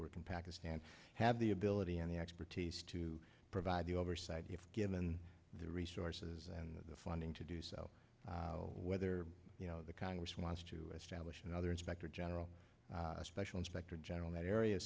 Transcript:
work in pakistan have the ability and the expertise to provide the oversight if given the resources and the funding to do so whether you know the congress wants to establish another inspector general a special inspector general that area